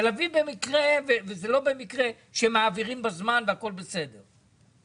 תל אביב במקרה או שלא במקרה מעבירים בזמן והכול בסדר,